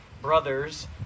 Brothers